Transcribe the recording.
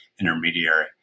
intermediary